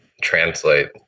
translate